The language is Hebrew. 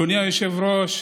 אדוני היושב-ראש,